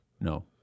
No